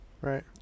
Right